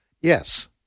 Yes